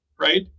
right